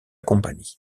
compagnie